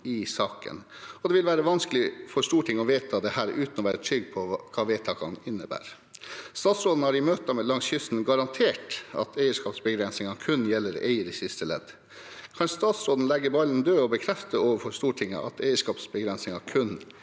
Det vil være vanskelig for Stortinget å vedta dette uten å være trygg på hva vedtakene innebærer. Statsråden har i møtene langs kysten garantert at eierskapsbegrensningene kun gjelder eier i siste ledd. Kan statsråden legge ballen død og bekrefte overfor Stortinget at eierskapsbegrensningen kun gjelder eier i siste ledd?